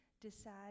decide